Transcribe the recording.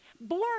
born